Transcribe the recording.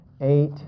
eight